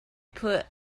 put